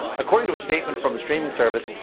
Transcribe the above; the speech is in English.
according to a statement from the streaming service,